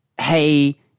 hey